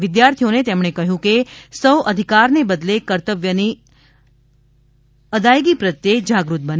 વિદ્યાર્થીઓને તેમણે કહ્યું હતું કે સૌ અધિકાર ને બદલે કર્તવ્ય ની અદાયગી પ્રત્યે જાગૃત બને